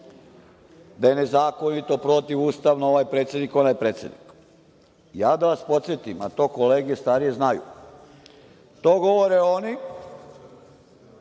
da je nezakonito, protivustavno ovaj predsednik, onaj predsednik. Da vas podsetim, a to kolege starije znaju, to govore oni